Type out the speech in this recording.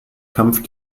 kampf